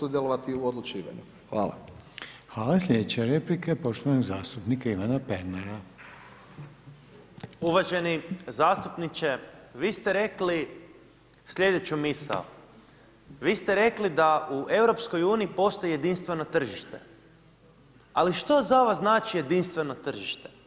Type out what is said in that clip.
Uvaženi zastupniče, vi ste rekli slijedeću misao, vi ste rekli da u EU-u postoji jedinstveno tržište, ali što za vas znači jedinstveno tržište?